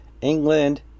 England